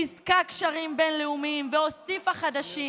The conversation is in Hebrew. חיזקה קשרים בין-לאומיים והוסיפה חדשים,